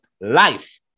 life